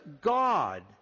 God